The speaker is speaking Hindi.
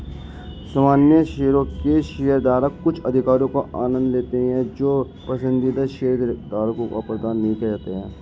सामान्य शेयरों के शेयरधारक कुछ अधिकारों का आनंद लेते हैं जो पसंदीदा शेयरधारकों को प्रदान नहीं किए जाते हैं